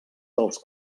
dels